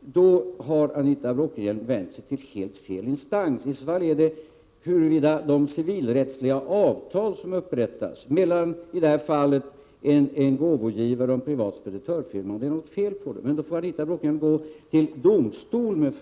då har Anita Bråkenhielm vänt sig till helt fel instans. För att utröna huruvida det är något fel på det civilrättsliga avtal som upprättats mellan i det här fallet en gåvogivare och en privat speditörfirma får Anita Bråkenhielm vända sig till domstol.